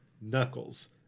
Knuckles